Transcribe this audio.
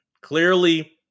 Clearly